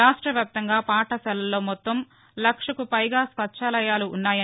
రాష్ట్ర వ్యాప్తంగా పాఠశాలల్లో మొత్తం లక్షకుపైగా స్వచ్ఛాలయాలు పున్నాయి